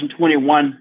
2021